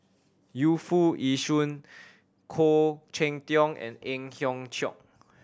Yu Foo Yee Shoon Khoo Cheng Tiong and Ang Hiong Chiok